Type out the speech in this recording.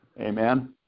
Amen